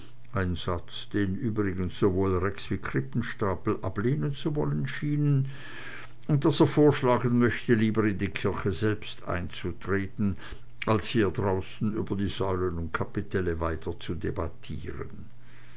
ein satz den übrigens sowohl rex wie krippenstapel ablehnen zu wollen schienen und daß er vorschlagen möchte lieber in die kirche selbst einzutreten als hier draußen über die säulen und kapitelle weiter zu debattieren